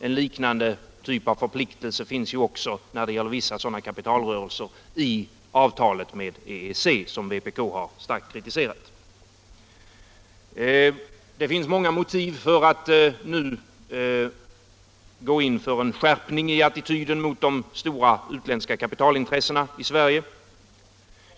En liknande typ av förpliktelse finns också när det gäller vissa kapitalrörelser i avtalet med EEC, som vpk starkt har kritiserat. Det finns många motiv för att nu gå in för en skärpning av attityden mot de stora utländska kapitalintressena i Sverige.